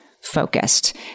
focused